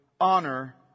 Honor